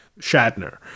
Shatner